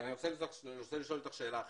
אבל אני רוצה לשאול אותך שאלה אחרת.